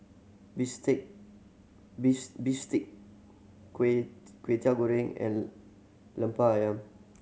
bistake bistake Kway Teow Goreng and Lemper Ayam